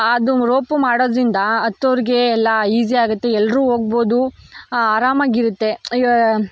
ಅದು ರೋಪು ಮಾಡೋದರಿಂದ ಹತ್ತೋರ್ಗೆ ಎಲ್ಲ ಈಸಿ ಆಗುತ್ತೆ ಎಲ್ಲರೂ ಹೋಗ್ಬೋದು ಆರಾಮಾಗಿ ಇರುತ್ತೆ